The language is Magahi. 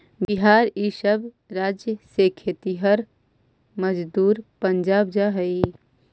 बिहार इ सब राज्य से खेतिहर मजदूर पंजाब जा हई